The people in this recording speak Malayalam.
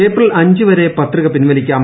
ഏപ്രിൽ അഞ്ച് വരെ പത്രിക പിൻവലിക്കാം